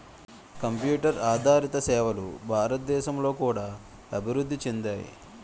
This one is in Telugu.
కంప్యూటర్ ఆదారిత సేవలు భారతదేశంలో కూడా అభివృద్ధి చెందాయి